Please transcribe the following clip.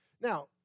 Now